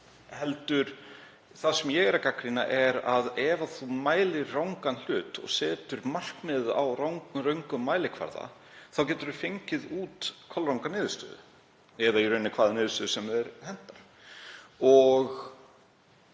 en það sem ég er að gagnrýna er að ef maður mælir rangan hlut og setur markmið á röngum mælikvarða þá getur maður fengið kolranga niðurstöðu eða í rauninni hvaða niðurstöðu sem manni hentar.